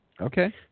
Okay